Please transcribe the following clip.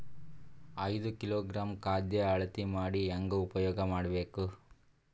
ಐದು ಕಿಲೋಗ್ರಾಂ ಖಾದ್ಯ ಅಳತಿ ಮಾಡಿ ಹೇಂಗ ಉಪಯೋಗ ಮಾಡಬೇಕು?